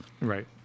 Right